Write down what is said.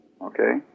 okay